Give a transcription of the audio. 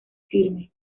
firme